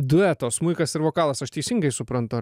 dueto smuikas ir vokalas aš teisingai suprantu ar ne